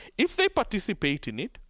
if they participate in it,